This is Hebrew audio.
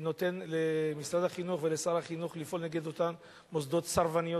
נותן למשרד החינוך ולשר החינוך לפעול נגד אותם "מוסדות סרבניים",